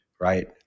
right